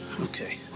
okay